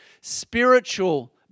spiritual